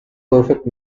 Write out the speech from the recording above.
perfect